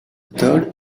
third